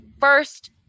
first